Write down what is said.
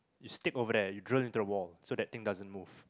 you stick over there you drill into the wall so that thing doesn't move